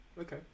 Okay